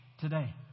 today